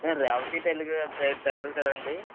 రేవతి టైలూగార్ టైలర్గారాండి